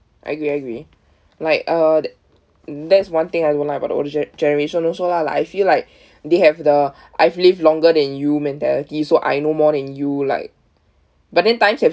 I agree I agree like uh that's one thing I don't like about the older gen~ generation also lah like I feel like they have the I've lived longer than you mentality so I know more than you like but then times have